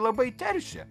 labai teršia